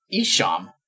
Isham